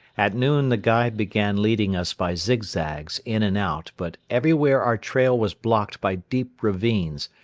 at noon the guide began leading us by zigzags in and out but everywhere our trail was blocked by deep ravines,